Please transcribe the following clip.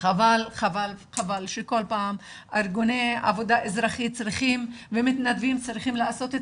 חבל שכל פעם ארגוני עבודה אזרחית ומתנדבים צריכים לעשות את